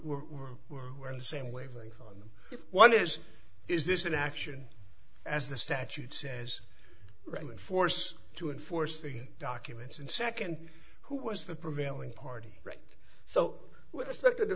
we're we're we're we're in the same wavelength on one is is this an action as the statute says right in force to enforce the documents and second who was the prevailing party right so